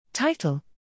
Title